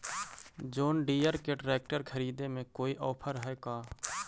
जोन Deere के tractor खरिदे में कोई औफर है का?